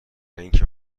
اینکه